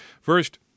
First